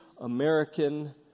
American